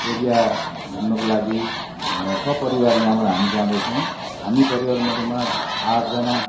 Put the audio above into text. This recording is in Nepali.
एरिया घुम्नुको लागि सपरिवार यहाँबाट हामी जाँदैछौँ हामी परिवारमध्येमा आठजना